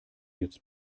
jetzt